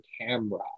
camera